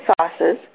sauces